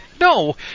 No